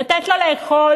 לתת לו לאכול?